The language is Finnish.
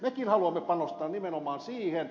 mekin haluamme panostaa nimenomaan siihen